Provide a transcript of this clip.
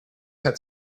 had